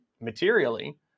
materially